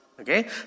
okay